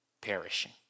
perishing